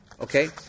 Okay